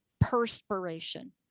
perspiration